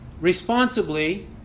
responsibly